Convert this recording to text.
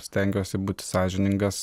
stengiuosi būti sąžiningas